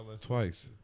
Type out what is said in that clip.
Twice